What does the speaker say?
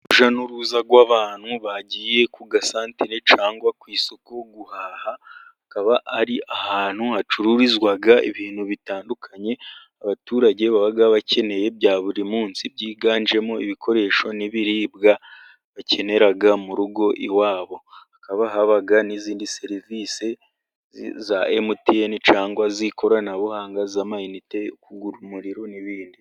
Urujya n'uruza rw'abantu bagiye ku gasantere, cyangwa ku isoko guhaha, hakaba ari ahantu hacururizwa ibintu bitandukanye, abaturage baba bakeneye bya buri munsi, byiganjemo ibikoresho, n'ibiribwa bakenera mu rugo iwabo, hakaba n'izindi serivisi za emutiyene cyangwa z'ikoranabuhanga, z'amayinite, kugura umuriro n'ibindi.